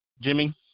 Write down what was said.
Jimmy